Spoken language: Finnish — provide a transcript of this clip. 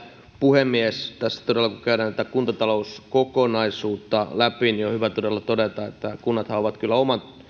puhemies tässä kun käydään tätä kuntatalouskokonaisuutta läpi on hyvä todella todeta että kunnathan ovat oman